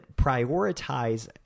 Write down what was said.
prioritize